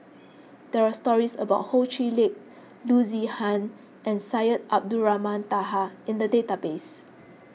there are stories about Ho Chee Lick Loo Zihan and Syed Abdulrahman Taha in the database